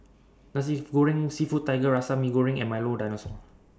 Nasi Goreng Seafood Tiga Rasa Mee Goreng and Milo Dinosaur